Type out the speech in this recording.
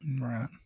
Right